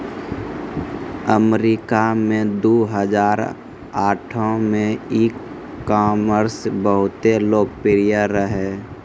अमरीका मे दु हजार आठो मे ई कामर्स बहुते लोकप्रिय रहै